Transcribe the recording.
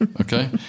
okay